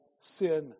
sin